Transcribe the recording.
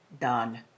done